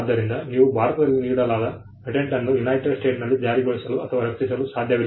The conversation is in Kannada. ಆದ್ದರಿಂದ ನೀವು ಭಾರತದಲ್ಲಿ ನೀಡಲಾದ ಪೇಟೆಂಟ್ ಅನ್ನು ಯುನೈಟೆಡ್ ಸ್ಟೇಟ್ಸ್ನಲ್ಲಿ ಜಾರಿಗೊಳಿಸಲು ಅಥವಾ ರಕ್ಷಿಸಲು ಸಾಧ್ಯವಿಲ್ಲ